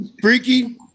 Freaky